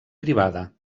privada